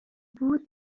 بود